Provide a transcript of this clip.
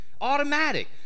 Automatic